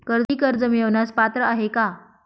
मी कर्ज मिळवण्यास पात्र आहे का?